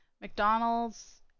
McDonald's